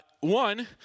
One